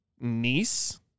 niece